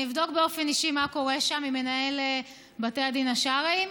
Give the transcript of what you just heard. אני אבדוק באופן אישי מה קורה שם עם מנהל בתי הדין השרעיים.